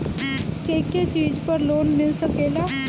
के के चीज पर लोन मिल सकेला?